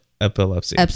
epilepsy